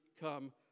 come